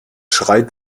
schreit